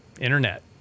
Internet